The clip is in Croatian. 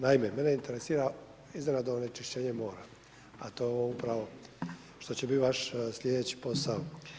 Naime, mene interesira izrada onečišćenja mora, a to je ovo upravo što će biti vaš slijedeći posao.